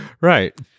Right